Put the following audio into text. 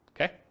Okay